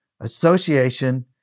association